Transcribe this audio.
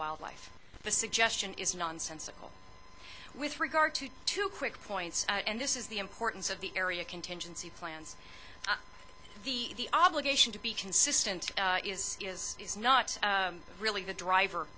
the suggestion is nonsensical with regard to two quick points and this is the importance of the area contingency plans the obligation to be consistent is is is not really the driver